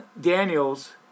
Daniels